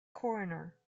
coroner